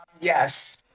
yes